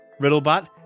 Riddlebot